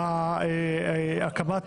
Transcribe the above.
או נעבור להצבעה?